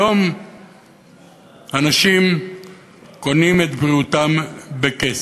היום אנשים קונים את בריאותם בכסף.